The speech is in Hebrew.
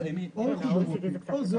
להוסיף את